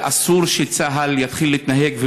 אסור שצה"ל יתחיל להתנהג,